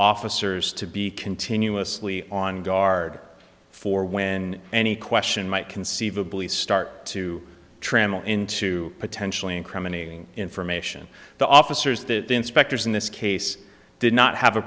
officers to be continuously on guard for when any question might conceivably start to trammel into potentially incriminating information the officers the inspectors in this case did not have a